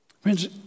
friends